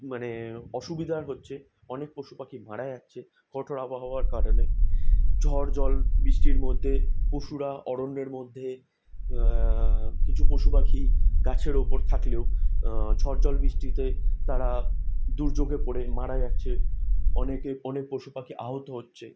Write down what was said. মানে অসুবিধা হচ্ছে অনেক পশু পাখি মারা যাচ্ছে কঠোর আবহাওয়ার কারণে ঝড় জল বৃষ্টির মধ্যে পশুরা অরণ্যের মধ্যে কিছু পশু পাখি গাছের উপর থাকলেও ঝড় জল বৃষ্টিতে তারা দুর্যোগে পড়ে মারা যাচ্ছে অনেক পশু পাখি আহত হচ্ছে